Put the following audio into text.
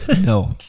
No